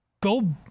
Go